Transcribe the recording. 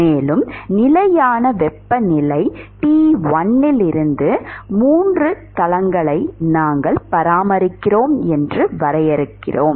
மேலும் நிலையான வெப்பநிலை T1 இல் 3 தளங்களை நாங்கள் பராமரிக்கிறோம் என்று வரையறுக்கிறோம்